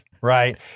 Right